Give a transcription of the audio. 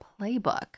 playbook